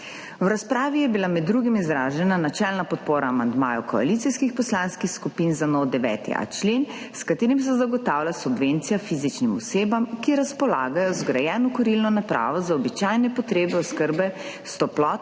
V razpravi je bila med drugim izražena načelna podpora amandmaju koalicijskih poslanskih skupin za nov 9.a člen, s katerim se zagotavlja subvencija fizičnim osebam, ki razpolagajo z zgrajeno kurilno napravo za običajne potrebe oskrbe s toplotno